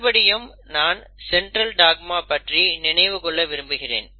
மறுபடியும் நான் central dogma பற்றி நினைவு கொள்ள விரும்புகிறேன்